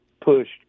pushed